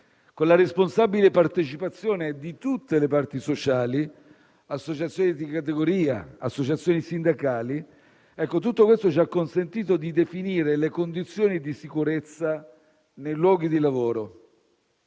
con la responsabile partecipazione di tutte le parti sociali - associazioni di categoria e associazioni sindacali - ci ha consentito di definire le condizioni di sicurezza nei luoghi di lavoro.